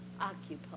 occupied